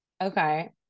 Okay